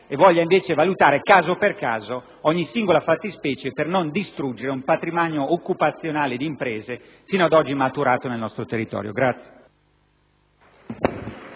e voglia invece valutare caso per caso ogni singola fattispecie, per non distruggere un patrimonio occupazionale e di imprese sino ad oggi maturato nel nostro territorio.